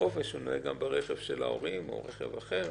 נוהג ברכב של ההורים או ברכב אחר?